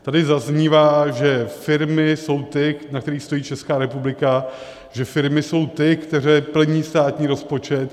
Tady zaznívá, že firmy jsou ty, na kterých stojí Česká republika, že firmy jsou ty, které plní státní rozpočet.